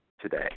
today